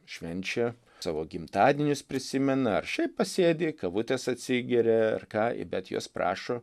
švenčia savo gimtadienius prisimena ar šiaip pasėdi kavutės atsigeria ar ką bet jos prašo